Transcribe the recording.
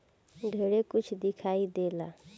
ढेरे कुछ दिखाई देला